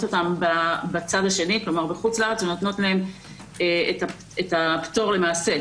אותם בחוץ לארץ ונותנות להם את הפטור למעשה,